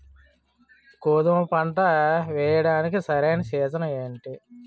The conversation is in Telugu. గోధుమపంట వేయడానికి సరైన సీజన్ ఏంటి?